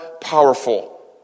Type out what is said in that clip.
powerful